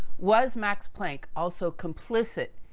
was max planck, also complicit,